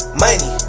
money